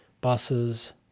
buses